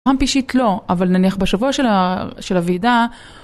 אישית לא, אבל נניח בשבוע של הוועידה.